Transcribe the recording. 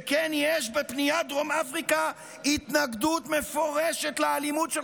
שכן יש בפניית דרום אפריקה התנגדות מפורשת לאלימות של